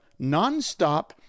nonstop